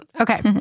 Okay